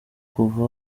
kuva